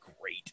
great